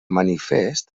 manifest